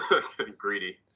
greedy